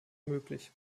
möglich